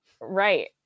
Right